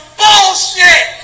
bullshit